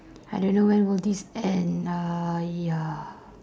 I don't know when will this end uh ya